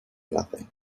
nothing